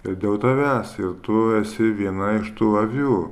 ir dėl tavęs ir tu esi viena iš tų avių